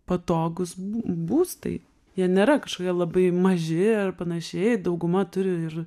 patogūs būstai jie nėra kažkokie labai maži ir panašiai dauguma turi ir